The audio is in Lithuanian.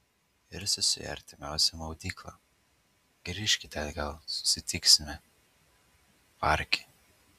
irsiuosi į artimiausią maudyklą grįžkite atgal susitiksime parke